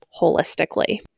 holistically